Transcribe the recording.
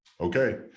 okay